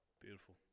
Beautiful